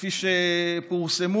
כפי שפורסם,